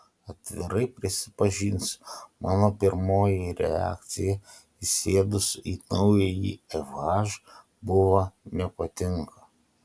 atvirai prisipažinsiu mano pirmoji reakcija įsėdus į naująjį fh buvo nepatinka